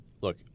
look